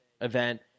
event